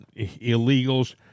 illegals